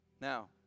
Now